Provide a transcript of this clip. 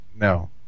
No